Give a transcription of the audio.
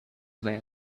there